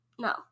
No